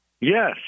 Yes